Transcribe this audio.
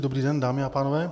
Dobrý den, dámy a pánové.